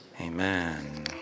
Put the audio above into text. Amen